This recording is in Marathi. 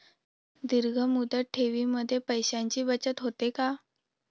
दीर्घ मुदत ठेवीमध्ये पैशांची बचत होते का?